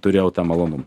turėjau tą malonumą